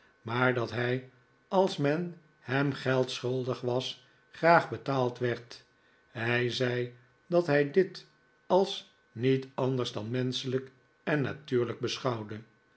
maar dat hij als men hem geld schuldig was graag betaald werd hij zei dat hij dit als niet anders dan menschelijk en natuurlijk beschouwde